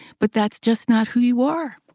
but that's just not who you are.